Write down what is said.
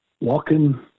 walking